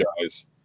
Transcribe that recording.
guys